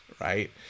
right